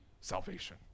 salvation